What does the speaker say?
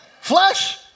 Flesh